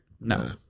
No